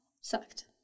sucked